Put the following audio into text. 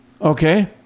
Okay